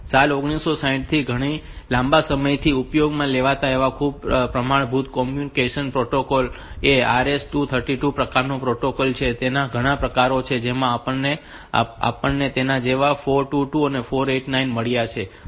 સાલ 1960 થી ઘણા લાંબા સમયથી ઉપયોગમાં લેવાતો એક ખૂબ જ પ્રમાણભૂત કોમ્યુનિકેશન પ્રોટોકોલ એ RS 232 પ્રકારનો પ્રોટોકોલ છે અને તેના ઘણા પ્રકારો છે જેમાં આપણને તેના જેવા 422 489 મળ્યા છે